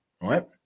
right